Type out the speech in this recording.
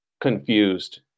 confused